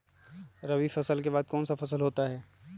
रवि फसल के बाद कौन सा फसल होता है?